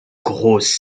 grosse